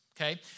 Okay